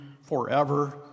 forever